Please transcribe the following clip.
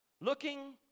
Looking